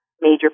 major